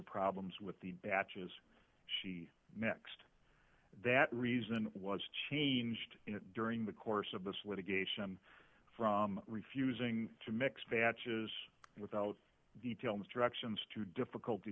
problems with the batch is she next that reason was changed during the course of this litigation from refusing to mix batches without details directions to difficulty